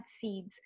seeds